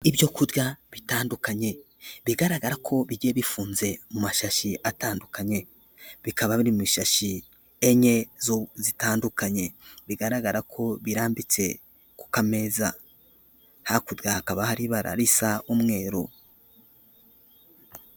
Ibyo kurya bitandukanye bigaragara ko bigiye bifunze mu mashashi atandukanye, bikaba biri mu ishashi enye zitandukanye bigaragara ko birambitse ku kameza, hakurya hakaba hari ibara risa umweru.